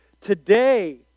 Today